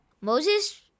Moses